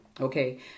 Okay